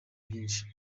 byinshi